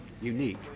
unique